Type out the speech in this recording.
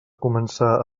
començar